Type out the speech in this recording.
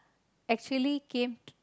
actually came